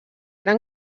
eren